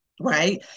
right